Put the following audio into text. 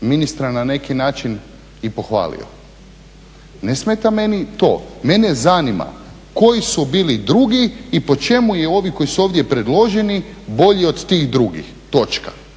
ministra na neki način i pohvalio. Ne smeta meni to, mene zanima koji su bili drugi i po čemu … koji su ovdje predloženi bolji od tih drugih. I